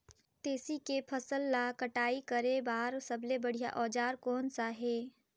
तेसी के फसल ला कटाई करे बार सबले बढ़िया औजार कोन सा हे?